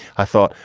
i thought,